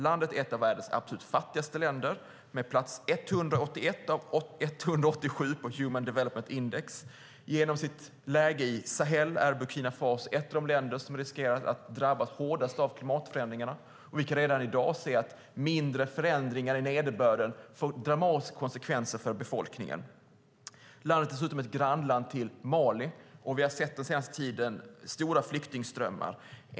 Landet är i dag ett av världens absolut fattigaste länder med plats 181 av 187 på Human Development Index. Genom sitt läge i Sahel är Burkina Faso ett av de länder som riskerar att drabbas hårdast av klimatförändringarna: Vi kan redan i dag se att mindre förändringar i nederbörden får dramatiska konsekvenser för befolkningen. Landet är dessutom ett grannland till Mali, och vi har den senaste tiden sett stora flyktingströmmar.